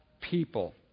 people